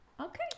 Okay